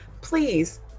please